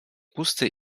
pusty